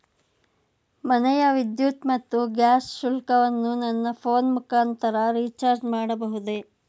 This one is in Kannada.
ಮನೆಯ ವಿದ್ಯುತ್ ಮತ್ತು ಗ್ಯಾಸ್ ಶುಲ್ಕವನ್ನು ನನ್ನ ಫೋನ್ ಮುಖಾಂತರ ರಿಚಾರ್ಜ್ ಮಾಡಬಹುದೇ?